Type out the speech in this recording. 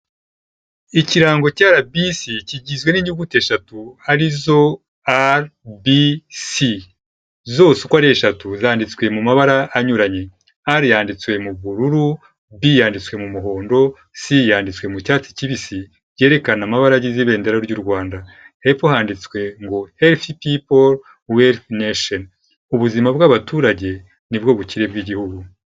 Ikirango cya Arabisi, kigizwe n'inyuguti eshatu, arizo, ari bi si. Zose uko ari eshatu, zanditswe mu mabara, anyuranye. Ari yanditswe mu bururu, bi yanditswe mu muhondo, si yanditswe mu cyatsi kibisi. Byerekana amabara agize ibendera ry'u Rwanda. Hepfo handitswe, ngo herufu pipo werufu nesheni. Ubuzima bw'abaturage, nibwo bukire bw'igihugu.